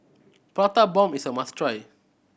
Prata Bomb is a must try